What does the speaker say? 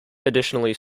additionally